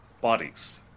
bodies